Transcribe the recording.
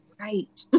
right